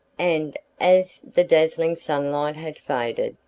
and, as the dazzling sunlight had faded,